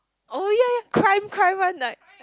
oh ya ya crime crime one like